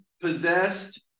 possessed